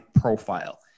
profile